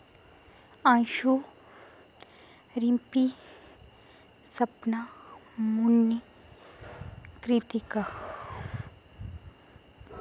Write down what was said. Anshu Rimpy Sapna Munni Pritika